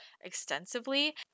extensively